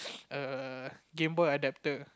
err GameBoy adapter